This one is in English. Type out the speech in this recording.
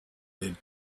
they